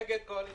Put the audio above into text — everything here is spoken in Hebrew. נגד, קואליציה.